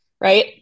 right